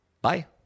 Bye